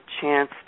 chance